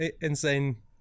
insane